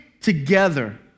together